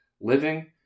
Living